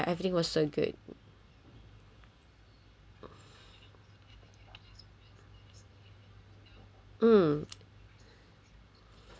mm uh